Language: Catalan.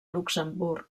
luxemburg